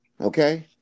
Okay